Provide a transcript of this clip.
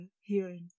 hearing